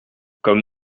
comme